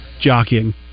jockeying